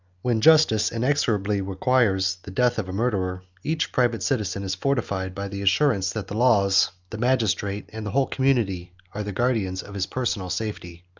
when justice inexorably requires the death of a murderer, each private citizen is fortified by the assurance, that the laws, the magistrate, and the whole community, are the guardians of his personal safety.